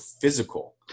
physical